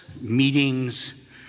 meetings